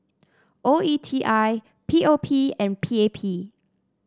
O E T I P O P and P A P